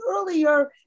earlier